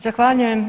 Zahvaljujem.